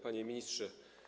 Panie Ministrze!